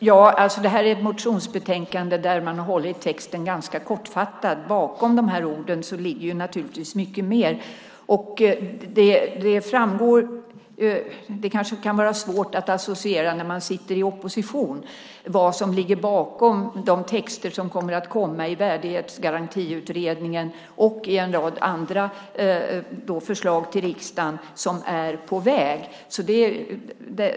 Fru talman! Detta är ett motionsbetänkande, och där har man hållit texten ganska kortfattad. Bakom dessa ord ligger naturligtvis mycket mer. Det kanske kan vara svårt att associera när man sitter i opposition vad som ligger bakom de texter som kommer i Värdighetsgarantiutredningen och i en rad andra förslag som är på väg till riksdagen.